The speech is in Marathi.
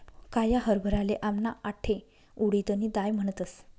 काया हरभराले आमना आठे उडीदनी दाय म्हणतस